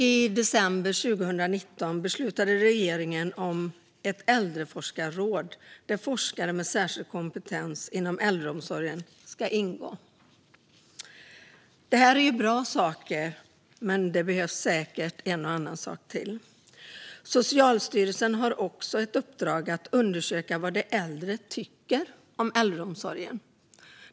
I december 2019 beslutade regeringen om ett äldreforskarråd där forskare med särskild kompetens inom äldreomsorgen ska ingå. Det här är bra saker, men det behövs säkert mer. Socialstyrelsen har i uppdrag att årligen undersöka vad de äldre tycker om äldreomsorgen.